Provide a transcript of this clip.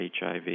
HIV